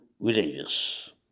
villages